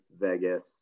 Vegas